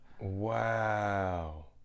Wow